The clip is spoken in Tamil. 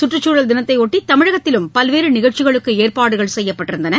சுற்றுச்சூழல் தினத்தையொட்டி தமிழகத்திலும் பல்வேறு நிகழ்ச்சிகளுக்கு ஏற்பாடு செய்யப்பட்டிருந்தன